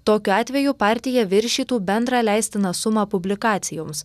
tokiu atveju partija viršytų bendrą leistiną sumą publikacijoms